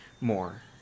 more